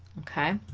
okay